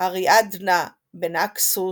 "אריאדנה בנאקסוס",